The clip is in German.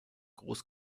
groß